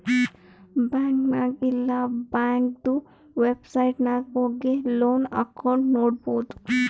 bank ನಾಗ್ ಇಲ್ಲಾ ಬ್ಯಾಂಕ್ದು ವೆಬ್ಸೈಟ್ ನಾಗ್ ಹೋಗಿ ಲೋನ್ ಅಕೌಂಟ್ ನೋಡ್ಬೋದು